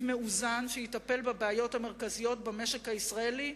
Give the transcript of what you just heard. מאוזן שיטפל בבעיות המרכזיות במשק הישראלי,